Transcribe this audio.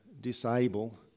disable